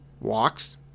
walks